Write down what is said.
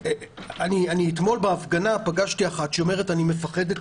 אתמול בהפגנה פגשתי מישהי שאמרה שהיא מפחדת